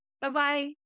Bye-bye